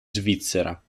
svizzera